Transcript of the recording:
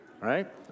right